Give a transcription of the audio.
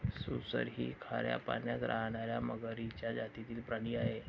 सुसर ही खाऱ्या पाण्यात राहणार्या मगरीच्या जातीतील प्राणी आहे